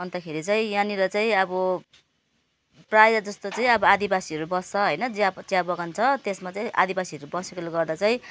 अन्तखेरि चाहिँ यहाँनेर चाहिँ अब प्रायः जस्तो चाहिँ अब आदिवासीहरू बस्दछ होइन चिया चिया बगान छ त्यसमा चाहिँ आदिवासीहरू बसेकाले गर्दा चाहिँ